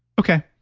okay.